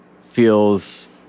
feels